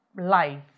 life